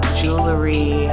jewelry